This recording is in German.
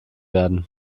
werden